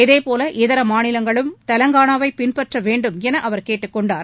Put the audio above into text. இதேபோல இதர மாநிலங்களும் தெலங்கானாவை பின்பற்ற வேண்டும் என அவர் கேட்டுக்கொண்டார்